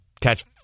catch